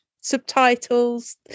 subtitles